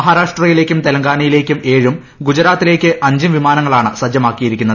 മഹാരാഷ്ട്രയിലേക്കും തെലങ്കാനായിലേക്കും ഏഴും ഗുജറാത്തിലേയ്ക്കും അഞ്ചും വിമാനങ്ങളാണ് സജ്ജമാക്കിയിരിക്കുന്നത്